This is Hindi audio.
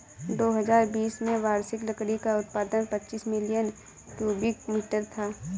दो हजार बीस में वार्षिक लकड़ी का उत्पादन पचासी मिलियन क्यूबिक मीटर था